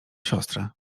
siostrę